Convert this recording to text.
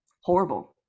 horrible